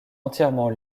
entièrement